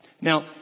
Now